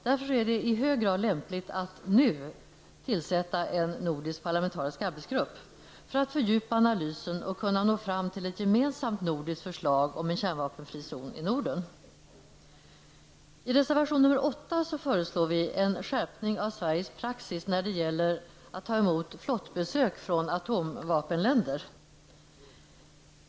Därför är det i hög grad lämpligt att nu tillsätta en nordisk parlamentarisk arbetsgrupp för att fördjupa analysen och kunna nå fram till ett gemensamt nordiskt förslag om en kärnvapenfri zon i Norden. I reservation nr 8 föreslår vi en skärpning av Sveriges praxis när det gäller att ta emot flottbesök från atomvapenländer.